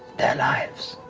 their lives.